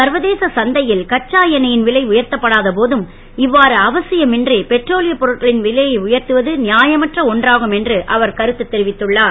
சர்வதேச சந்தை ல் கச்சா எண்ணெ ன் விலை உயர்த்தப்படாத போதும் இ வாறு அவசியம் இன்றி பெட்ரோலியப் பொருட்களின் விலையை உயர்த்துவது யாயமற்ற ஒன்றாகும் என்று அவர் தெரிவித்துள்ளார்